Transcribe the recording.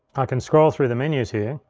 i can scroll through the menus here.